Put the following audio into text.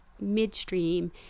midstream